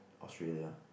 Australia